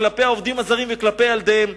כלפי העובדים הזרים וכלפי ילדיהם,